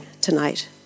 tonight